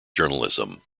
journalism